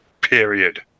Period